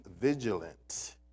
vigilant